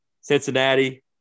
Cincinnati